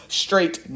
straight